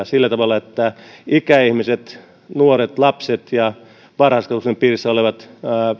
sillä tavalla että ikäihmiset nuoret lapset ja varhaiskasvatuksen piirissä olevat